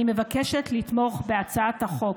אני מבקשת לתמוך בהצעת החוק.